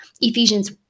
Ephesians